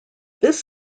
this